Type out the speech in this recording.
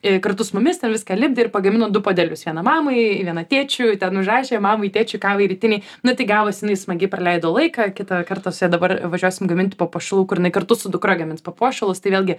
kartu su mumis ten viską lipdė ir pagamino du puodelius vieną mamai vieną tėčiui ten užrašė mamai tėčiui kavai rytinei nu tai gavusi jinai smagiai praleido laiką kitą kartą su ja dabar važiuosime gaminti papuošalų kur jinai kartu su dukra gamins papuošalus tai vėlgi